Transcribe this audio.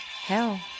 Hell